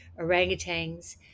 orangutans